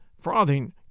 frothing